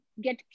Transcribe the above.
get